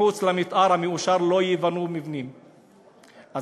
לא ייבנו מבנים מחוץ למתאר המאושר.